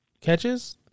catches